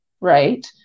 right